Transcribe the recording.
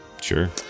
Sure